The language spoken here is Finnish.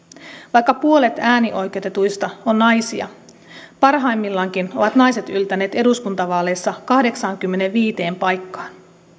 vaikka puolet äänioikeutetuista on naisia parhaimmillaankin ovat naiset yltäneet eduskuntavaaleissa kahdeksaankymmeneenviiteen paikkaan